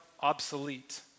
obsolete